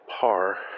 par